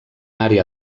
àrea